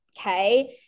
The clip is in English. Okay